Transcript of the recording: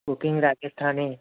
booking Rajasthani